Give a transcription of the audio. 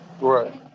right